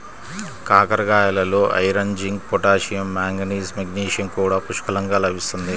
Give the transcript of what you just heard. కాకరకాయలలో iron, zinc, potassium, manganese, magnesium కూడా పుష్కలంగా లభిస్తుంది